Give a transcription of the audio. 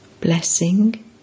Blessing